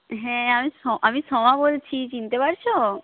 হ্যাঁ আমি আমি সোমা বলছি চিনতে পারছ